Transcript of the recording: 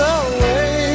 away